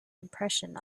impression